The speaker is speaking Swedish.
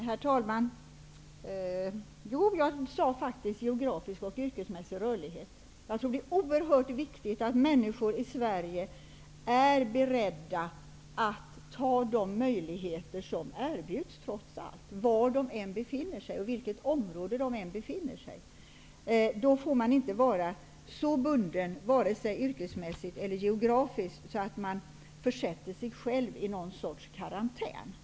Herr talman! Jo, jag talade om geografisk och yrkesmässig rörlighet. Jag tror att det är oerhört viktigt att människor i Sverige trots allt är beredda att ta de möjligheter som erbjuds, var de än befinner sig. Då får man inte vara så bunden, vare sig yrkesmässigt eller geografiskt, att man försätter sig själv i någon sorts karantän.